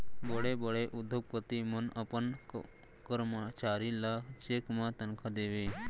बड़े बड़े उद्योगपति मन अपन करमचारी ल चेक म तनखा देवय